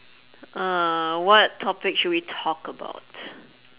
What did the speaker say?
uh what topic should we talk about